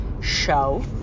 show